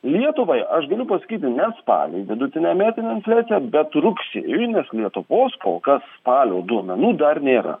lietuvai aš galiu pasakyti ne spaliui vidutinę metinę infliaciją bet rugsėjui nes lietuvos kol kas spalio duomenų dar nėra